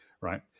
right